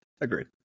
agreed